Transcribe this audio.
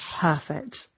Perfect